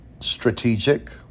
strategic